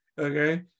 okay